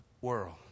world